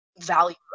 value